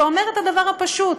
שאומר את הדבר הפשוט: